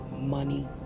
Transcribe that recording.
money